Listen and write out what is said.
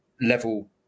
level